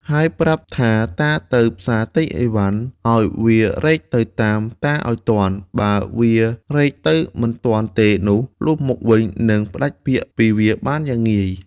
ហើយប្រាប់ថាតាទៅផ្សារទិញអីវ៉ាន់ ឱ្យវារែកទៅតាមតាឲ្យទាន់ បើវារែកទៅមិនទាន់ទេនោះ លុះមកវិញនឹងផ្ដាច់ពាក្យពីវាបានយ៉ាងងាយ